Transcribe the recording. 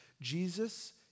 Jesus